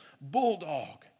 bulldog